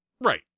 Right